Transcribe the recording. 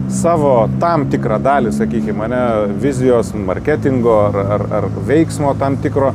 savo tam tikrą dalį sakykim ane vizijos marketingo ar ar ar veiksmo tam tikro